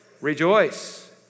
rejoice